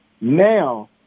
Now